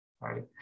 right